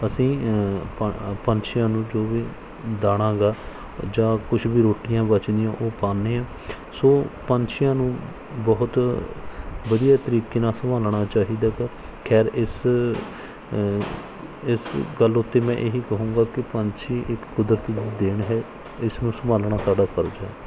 ਅਸੀਂ ਪੰ ਪੰਛੀਆਂ ਨੂੰ ਜੋ ਵੀ ਦਾਣਾ ਗਾ ਜਾਂ ਕੁਛ ਵੀ ਰੋਟੀਆਂ ਬਚਦੀਆਂ ਉਹ ਪਾਉਂਦੇ ਹਾਂ ਸੋ ਪੰਛੀਆਂ ਨੂੰ ਬਹੁਤ ਵਧੀਆ ਤਰੀਕੇ ਨਾਲ ਸੰਭਾਲਣਾ ਚਾਹੀਦਾ ਖੈਰ ਇਸ ਇਸ ਗੱਲ ਉੱਤੇ ਮੈਂ ਇਹੀ ਕਹੂੰਗਾ ਕਿ ਪੰਛੀ ਇੱਕ ਕੁਦਰਤ ਦੀ ਦੇਣ ਹੈ ਇਸ ਨੂੰ ਸੰਭਾਲਣਾ ਸਾਡਾ ਫਰਜ਼ ਹੈ